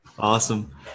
Awesome